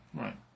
Right